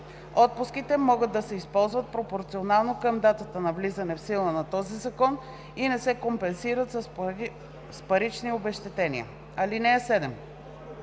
Отпуските може да се използват пропорционално към датата на влизане в сила на този закон и не се компенсират с парични обезщетения. (7)